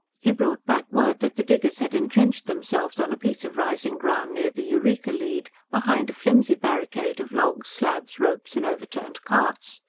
he brought back word that the diggers had entrenched themselves on a piece of rising ground near the eureka lead, behind a flimsy barricade of logs, slabs, ropes and overturned carts.